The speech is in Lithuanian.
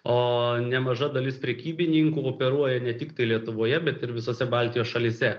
o nemaža dalis prekybininkų operuoja ne tik lietuvoje bet ir visose baltijos šalyse